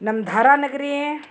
ನಮ್ಮ ಧಾರಾ ನಗರಿ